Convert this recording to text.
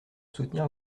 soutenir